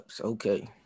okay